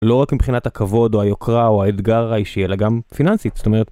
לא רק מבחינת הכבוד, או היוקרה, או האתגר האישי, אלא גם פיננסית, זאת אומרת.